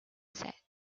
said